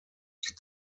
die